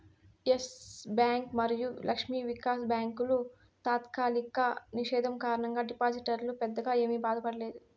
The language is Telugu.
ఎస్ బ్యాంక్ మరియు లక్ష్మీ విలాస్ బ్యాంకుల తాత్కాలిక నిషేధం కారణంగా డిపాజిటర్లు పెద్దగా ఏమీ బాధపడలేదు